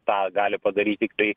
tą gali padaryt tiktai